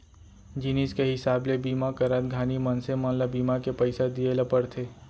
जिनिस के हिसाब ले बीमा करत घानी मनसे मन ल बीमा के पइसा दिये ल परथे